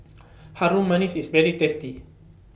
Harum Manis IS very tasty